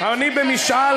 אבל ראש הממשלה